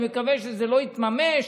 אני מקווה שזה לא יתממש,